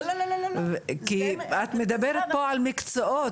כי את מדברת פה על מקצועות.